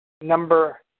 Number